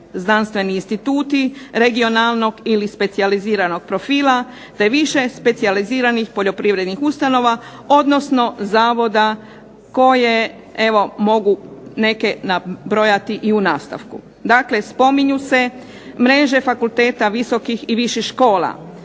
znanstveni instituti regionalnog ili specijaliziranog profila te više specijaliziranih poljoprivrednih ustanova odnosno zavoda koje evo mogu neke nabrojati i u nastavku. Dakle, spominju se mreže fakulteta, visokih i viših škola,